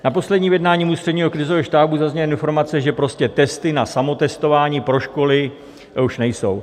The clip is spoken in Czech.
Na posledním jednání Ústředního krizového štábu zazněly informace, že prostě testy na samotestování pro školy už nejsou.